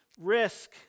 risk